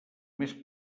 més